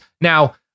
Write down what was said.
Now